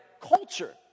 culture